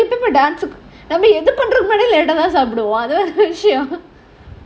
எப்பயுமே:epayumae dance நாம எது பண்ணாலும்:naama edhu pannaalum late ah தான் சாப்பிடுவோம்:thaan saapiduvom